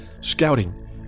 scouting